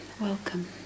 welcome